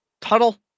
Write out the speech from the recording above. Tuttle